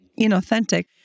inauthentic